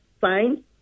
fine